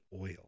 oil